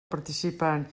participant